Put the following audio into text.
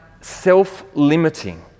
self-limiting